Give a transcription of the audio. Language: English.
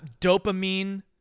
dopamine